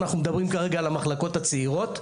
אנחנו מדברים כרגע על המחלקות הצעירות,